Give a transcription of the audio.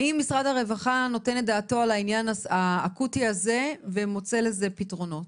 האם משרד הרווחה נותן את דעתו על עניין האקוטי הזה ומוצא לזה פתרונות?